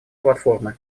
платформы